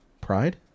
Pride